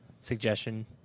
suggestion